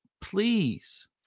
please